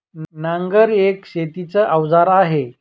नांगर एक शेतीच अवजार आहे